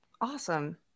Awesome